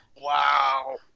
Wow